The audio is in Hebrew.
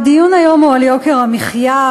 הדיון היום הוא על יוקר המחיה,